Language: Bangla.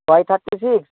পয়সা